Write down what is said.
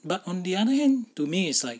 but on the other hand to me is like